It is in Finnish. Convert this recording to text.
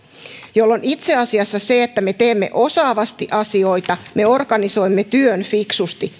tällöin itse asiassa se että me teemme osaavasti asioita me organisoimme työn fiksusti